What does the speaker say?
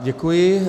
Děkuji.